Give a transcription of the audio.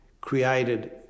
created